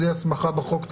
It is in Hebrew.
בלי הסמכה בחוק,